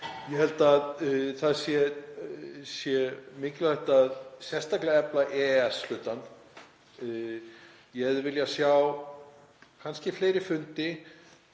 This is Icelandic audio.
Ég held að það sé mikilvægt að efla sérstaklega EES-hlutann. Ég hefði viljað sjá kannski fleiri fundi